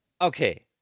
okay